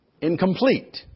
Incomplete